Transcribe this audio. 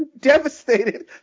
devastated